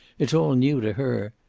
it'll all new to her.